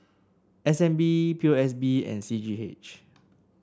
S N B P O S B and C G H